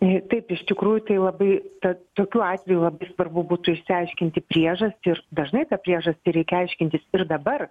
į taip iš tikrųjų tai labai ta tokiu atveju svarbu būtų išsiaiškinti priežastį ir dažnai tą priežastį reikia aiškintis ir dabar